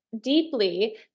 deeply